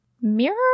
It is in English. mirror